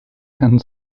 and